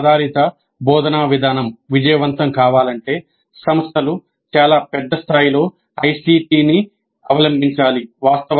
సమస్య ఆధారిత బోధన విధానం విజయవంతం కావాలంటే సంస్థలు చాలా పెద్ద స్థాయిలో ఐసిటి ని అవలంబించాలి